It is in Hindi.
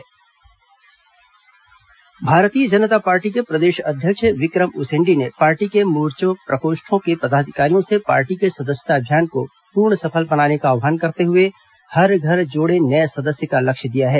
भाजपा बैठक भारतीय जनता पार्टी के प्रदेश अध्यक्ष विक्रम उसेंडी ने पार्टी के मोर्चा प्रकोष्ठों के पदाधिकारियों से पार्टी के सदस्यता अभियान को पूर्ण सफल बनाने का आह्वान करते हुए हर घर जोड़े नये सदस्य का लक्ष्य दिया है